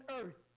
earth